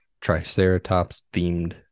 Triceratops-themed